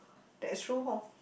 that's true home